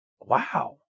Wow